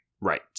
right